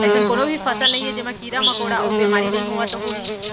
अइसन कोनों भी फसल नइये जेमा कीरा मकोड़ा अउ बेमारी नइ होवत होही